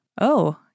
Oh